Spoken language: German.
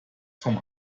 vom